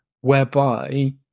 whereby